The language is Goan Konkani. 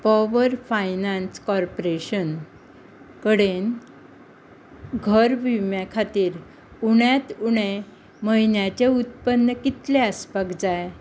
पॉवर फायनान्स कॉर्पोरेशन कडेन घर विम्या खातीर उण्यांत उणें म्हयन्याचें उत्पन्न कितलें आसपाक जाय